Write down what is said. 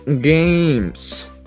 Games